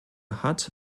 hat